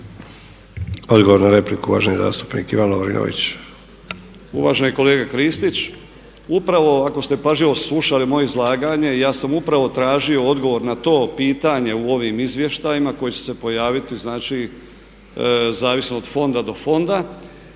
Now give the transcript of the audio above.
Odgovor na repliku, uvaženi zastupnik Ivan Lovrinović.